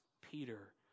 Peter